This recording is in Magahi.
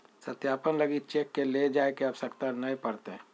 सत्यापन लगी चेक के ले जाय के आवश्यकता नय पड़तय